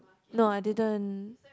no I didn't